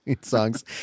songs